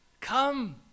come